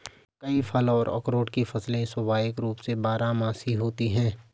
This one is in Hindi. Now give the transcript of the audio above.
कई फल और अखरोट की फसलें स्वाभाविक रूप से बारहमासी होती हैं